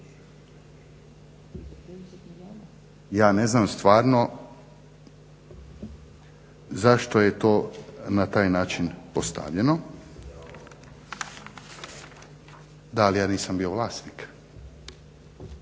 Ja ne znam stvarno zašto je to na taj način postavljeno. … /Upadica se ne